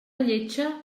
lletja